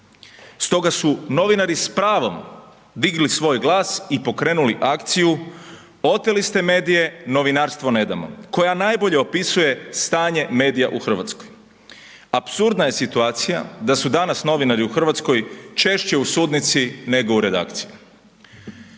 Stoga su novinari s pravom digli svoj glas i pokrenuli akciju „Oteli ste medije, novinarstvo ne damo“, koja najbolje opisuje stanje medija u RH. Apsurdna je situacija da su danas novinari u RH češće u sudnici, nego u redakciji.